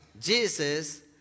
Jesus